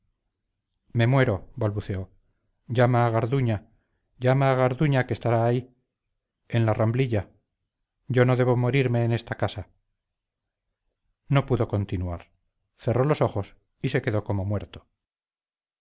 muero balbuceó llama a garduña llama a garduña que estará ahí en la ramblilla yo no debo morirme en esta casa no pudo continuar cerró los ojos y se quedó como muerto